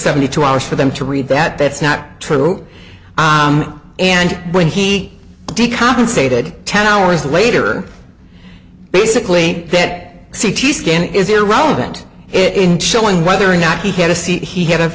seventy two hours for them to read that that's not true and when he did compensated ten hours later basically that c t scan is irrelevant in showing whether or not he had a